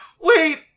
wait